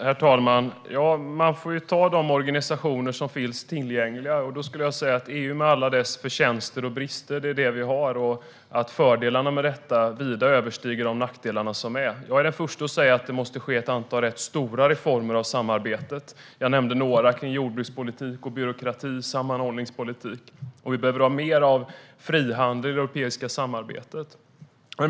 Herr talman! Man får ju ta de organisationer som finns tillgängliga, och då skulle jag säga att EU med alla dess förtjänster och brister är det vi har. Fördelarna med detta överstiger vida nackdelarna. Jag är den första att säga att det måste ske ett antal rätt stora reformer av samarbetet. Jag nämnde några, som jordbrukspolitiken, byråkratin och sammanhållningspolitiken, och vi behöver ha mer av frihandel i det europeiska samarbetet.